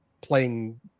playing